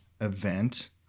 event